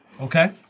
Okay